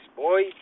boy